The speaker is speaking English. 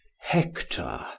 Hector